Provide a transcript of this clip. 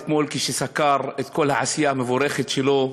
כשסקר אתמול את כל העשייה המבורכת שלו,